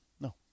No